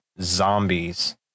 zombies